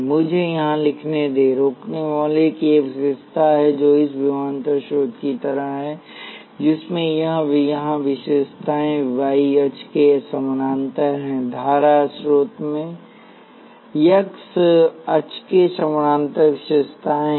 मुझे यहां लिखने दें रोकनेवाला की एक विशेषता है जो इस विभवांतर स्रोत की तरह है जिसमें यह विशेषताएँ y अक्ष के समानांतर हैं धारा स्रोत में x अक्ष के समानांतर विशेषताएँ हैं